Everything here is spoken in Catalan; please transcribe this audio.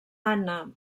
anna